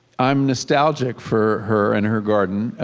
i am nostalgic for her and her garden.